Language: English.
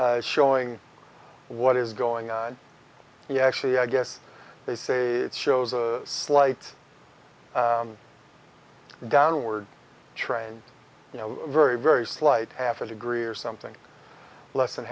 showing what is going on yeah actually i guess they say it shows a slight downward trend you know very very slight half a degree or something less than